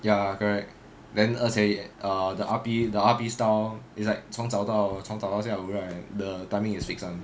ya correct then 而且 uh the R_P the R_P style is like 从早到从早到下午 right the timing is fixed [one]